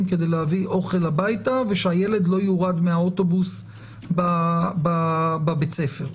כדי להביא אוכל הביתה ושהילד לא יוּרד מהאוטובוס בבית הספר.